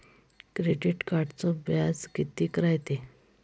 Credit कार्डचं व्याज कितीक रायते?